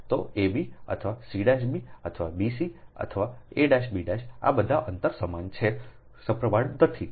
તો ab અથવા c'b અથવા bc અથવા a'b' આ બધા અંતર સમાન છે સપ્રમાણતેથી તમારે D